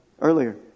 earlier